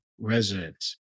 residents